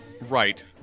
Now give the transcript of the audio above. Right